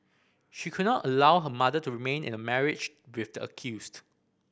she could not allow her mother to remain in a marriage with the accused